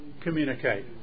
communicate